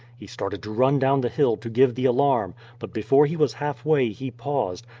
he started to run down the hill to give the alarm, but before he was halfway he paused,